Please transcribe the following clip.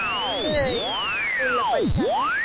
எந்த ஸ்கூலில் படித்தாங்க